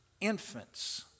infants